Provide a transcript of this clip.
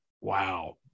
Wow